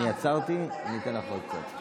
אני עצרתי, אני אתן לך עוד קצת.